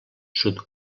sud